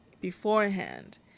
beforehand